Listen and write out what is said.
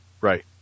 Right